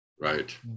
Right